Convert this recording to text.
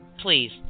Please